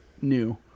new